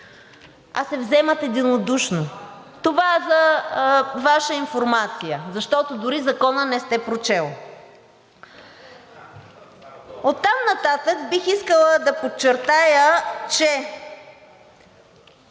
а се вземат единодушно – това за Ваша информация. Защото дори Закона не сте прочели. Оттам нататък бих искала да подчертая, че